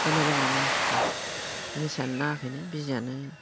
जुमाय लोंग्रा मानसिफ्रा निसायानो नाङाखैनो बिजिआनो